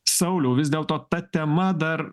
sauliau vis dėlto ta tema dar